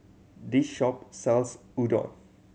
this shop sells Udon